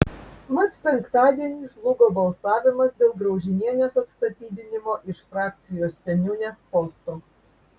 mat penktadienį žlugo balsavimas dėl graužinienės atstatydinimo iš frakcijos seniūnės posto